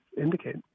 indicate